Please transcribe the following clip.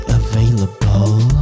available